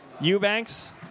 Eubanks